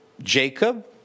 Jacob